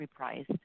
repriced